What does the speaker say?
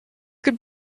could